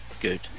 good